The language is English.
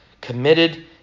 committed